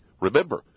Remember